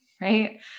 right